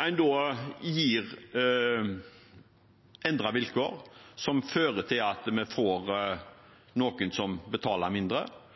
en da gir endrede vilkår som fører til at vi får